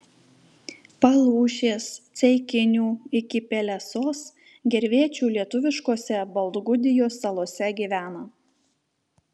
palūšės ceikinių iki pelesos gervėčių lietuviškose baltgudijos salose gyvena